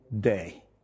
day